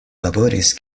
laboris